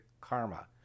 karma